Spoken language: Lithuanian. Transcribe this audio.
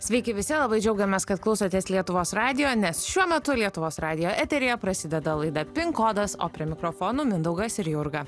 sveiki visi labai džiaugiamės kad klausotės lietuvos radijo nes šiuo metu lietuvos radijo eteryje prasideda laida pin kodas o prie mikrofonų mindaugas ir jurga